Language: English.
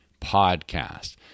podcast